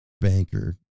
banker